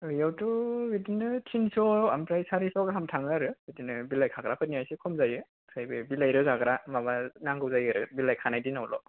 ओरैनोथ' बिदिनो थिनस' आमफ्राय सारिस' गाहाम थाङो आरो बिदिनो बिलाइ खाग्राफोरनिया एसे खम जायो आमफ्राय बे बिलाइ रोगाग्रा माबा नांगौ जायो आरो बिलाइ खानाय दिनावल'